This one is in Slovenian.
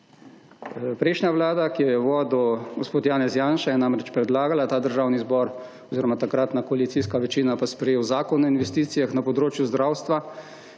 Prejšnja vlada, ki jo je vodil gospod Janez Janša je namreč predlagala, da ta Državni zbor oziroma takratna koalicijska večina pa sprejel Zakon o investicijah na področju zdravstva,